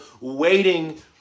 waiting